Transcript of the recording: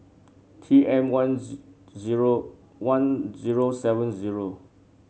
T M one zero one zero seven zero